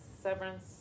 Severance